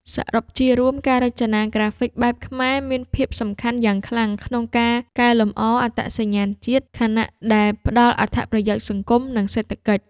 សរុបជារួម ការរចនាក្រាហ្វិកបែបខ្មែរមានភាពសំខាន់យ៉ាងខ្លាំងក្នុងការកែលម្អអត្តសញ្ញាណជាតិ ខណៈដែលផ្តល់អត្ថប្រយោជន៍សង្គម និងសេដ្ឋកិច្ច។